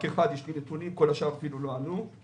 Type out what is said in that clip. רק אחד השלים נתונים, כל השאר אפילו לא ענו.